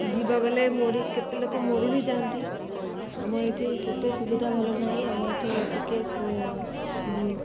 ଯିବା ବଲେ ମରି କେତେ ଲୋକ ମରି ବି ଯାଆନ୍ତି ଆମ ଏଠି ସେତେ ସୁବିଧା ଭଲ ନାହିଁ ଆମ ଏଠି ଟିକେ